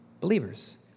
Believers